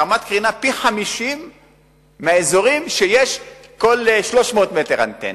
רמת קרינה פי-50 מבאזורים שיש בהם כל 300 מטר אנטנה.